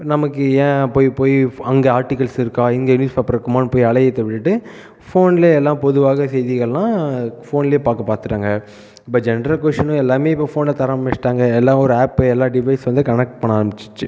நமக்கு ஏன் போய் போய் அங்கே ஆர்டிகில்ஸ் இருக்கா இங்கே நியூஸ் பேப்பர் இருக்குமான்னு போய் அலையிறதை விட்டுவிட்டு ஃபோன்லயே எல்லாம் பொதுவாக செய்திகள்லாம் ஃபோன்லையே பார்த்து பார்த்துறாங்க இப்போ ஜென்ரல் கொஷின் எல்லாமே இப்போ ஃபோனில் தர ஆரமிச்சுட்டாங்க எல்லா ஊர் ஆப் எல்லா டிவைஸ் வந்து கனெக்ட் பண்ண ஆரமிச்சிருச்சு